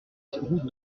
route